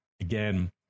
Again